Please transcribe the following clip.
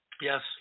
Yes